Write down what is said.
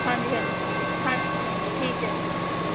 ਹਾਂਜੀ ਹਾਂਜੀ ਹਾਂਜੀ ਹਾਂਜੀ ਠੀਕ ਏ ਜੀ ਓਕੇ